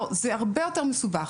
לא, זה הרבה יותר מסובך.